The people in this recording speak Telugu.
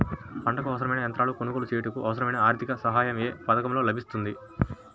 పంటకు అవసరమైన యంత్రాలను కొనగోలు చేయుటకు, అవసరమైన ఆర్థిక సాయం యే పథకంలో లభిస్తుంది?